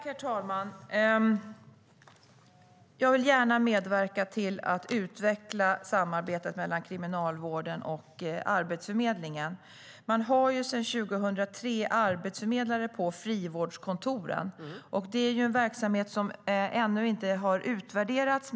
Herr talman! Jag vill gärna medverka till att utveckla samarbetet mellan Kriminalvården och Arbetsförmedlingen. Man har sedan 2003 arbetsförmedlare på frivårdskontoren, och det är en verksamhet som ännu inte har utvärderats.